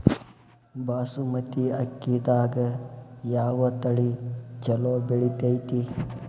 ಬಾಸುಮತಿ ಅಕ್ಕಿದಾಗ ಯಾವ ತಳಿ ಛಲೋ ಬೆಳಿತೈತಿ?